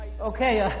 Okay